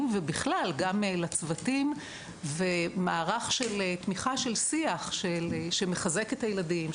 ובכלל גם לצוותים ומערך של תמיכה של שיח שמחזק את הילדים,